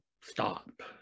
stop